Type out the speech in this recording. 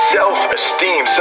self-esteem